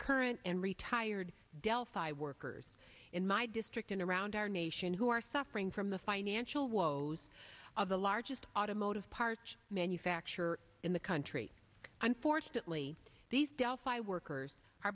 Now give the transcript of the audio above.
current and retired delphi workers in my district and around our nation who are suffering from the financial woes of the largest automotive parts manufacture in the country unfortunately these delphi workers are